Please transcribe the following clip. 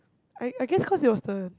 I I guess cause it was the